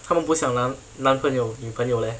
他们不像男男朋友女朋友 leh